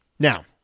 Now